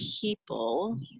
people